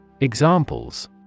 Examples